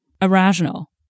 irrational